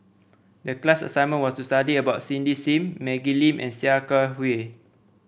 the class assignment was to study about Cindy Sim Maggie Lim and Sia Kah Hui